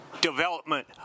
development